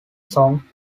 song